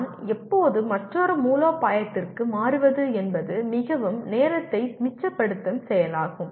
நான் எப்போது மற்றொரு மூலோபாயத்திற்கு மாறுவது என்பது மிகவும் நேரத்தை மிச்சப்படுத்தும் செயலாகும்